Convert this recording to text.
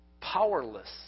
powerless